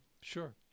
sure